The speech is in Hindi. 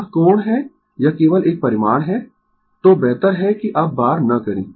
यह कोण है यह केवल एक परिमाण है तो बेहतर है कि अब बार न करें